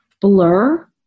blur